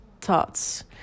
thoughts